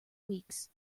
weeks